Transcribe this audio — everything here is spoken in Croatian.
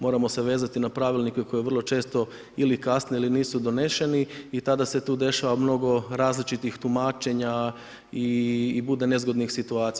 Moramo se vezati na pravilnike koji vrlo često ili kasne ili nisu doneseni i tada se tu dešava mnogo različitih tumačenja i bude nezgodnih situacija.